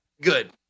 Good